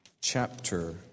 chapter